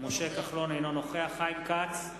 אינו נוכח חיים כץ,